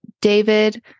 David